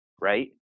right